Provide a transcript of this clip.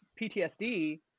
PTSD